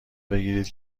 بگیرید